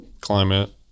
climate